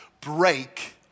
break